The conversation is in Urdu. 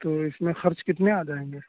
تو اس میں خرچ کتنے آ جائیں گے